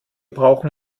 brauchen